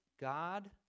God